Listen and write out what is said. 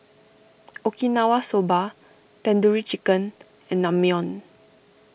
Okinawa Soba Tandoori Chicken and Naengmyeon